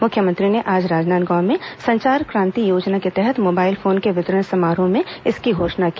मुख्यमंत्री ने आज राजनांदगांव में संचार क्रांति योजना के तहत मोबाइल फोन के वितरण समारोह में इसकी घोषणा की